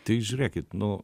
tai žiūrėkit nu